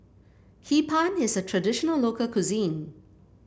Hee Pan is a traditional local cuisine